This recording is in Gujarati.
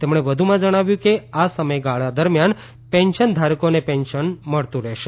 તેમણે વધુમાં જણાવ્યું કે આ સમયગાળા દરમિયાન પેન્શનધારકોને પેન્શન મળતુ રહેશે